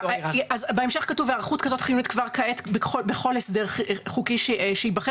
אז בהמשך כתוב: "...היערכות כזאת חיונית כבר כעת בכל הסדר חוקי שייבחר,